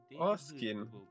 asking